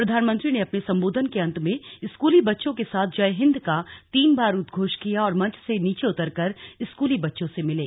प्रधानमंत्री ने अपने संबोधन के अंत में स्कूली बच्चों के साथ जय हिंद का तीन बार उद्घोष किया और मंच से नीचे उतरकर स्कूली बच्चों से मिले